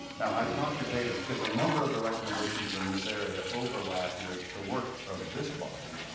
now i talked to david, because a number of the recommendations in this area overlap with the work of this body.